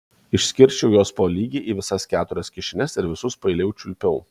išskirsčiau juos po lygiai į visas keturias kišenes ir visus paeiliui čiulpiau